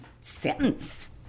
sentence